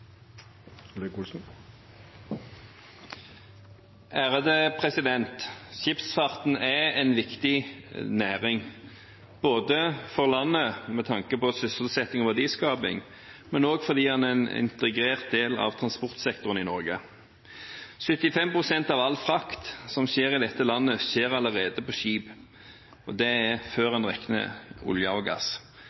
en viktig næring, både for landet med tanke på sysselsetting og verdiskaping og fordi den er en integrert del av transportsektoren i Norge. 75 pst. av all frakt som skjer i dette landet, skjer allerede på skip. Det er før en regner med olje og gass.